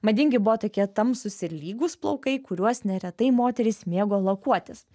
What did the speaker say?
madingi buvo tokie tamsūs ir lygūs plaukai kuriuos neretai moterys mėgo lakuotis